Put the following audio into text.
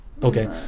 Okay